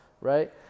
right